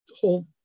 whole